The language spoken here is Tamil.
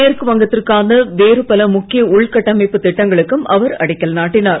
மேற்கு வங்கத்திற்கான வேறு பல முக்கிய உள்கட்டமைப்பு திட்டங்களுக்கும் அவர் அடிக்கல் நாட்டினார்